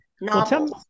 novels